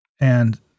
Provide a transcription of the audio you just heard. And-